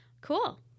Cool